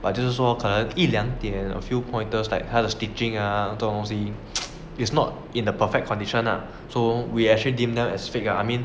but 就是说可能一两点 a few pointers like 他的 stitching ah 这种东西 is not in the perfect condition ah so we actually deem them as fake ah I mean